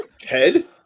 Ted